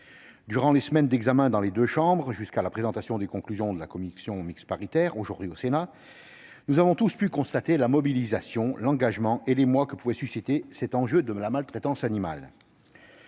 Durant les semaines d'examen du texte dans les deux chambres, jusqu'à la présentation des conclusions de la commission mixte paritaire aujourd'hui au Sénat, nous avons tous constaté la mobilisation, l'engagement et l'émoi que pouvait susciter la maltraitance animale.